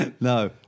No